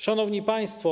Szanowni Państwo!